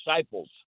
disciples